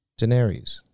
Daenerys